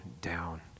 down